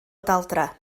daldra